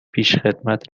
پیشخدمت